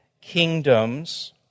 kingdoms